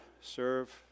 serve